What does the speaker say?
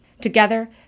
Together